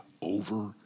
over